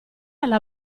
alla